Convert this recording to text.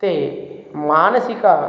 ते मानसिक